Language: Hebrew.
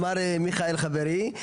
אמר מיכאל חברי.